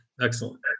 Excellent